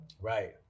Right